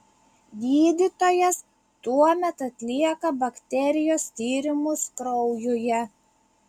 gydytojas tuomet atlieka bakterijos tyrimus kraujuje